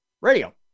radio